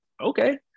okay